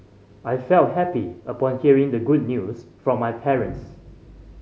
I felt happy upon hearing the good news from my parents